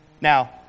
Now